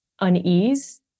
unease